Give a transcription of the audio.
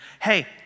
hey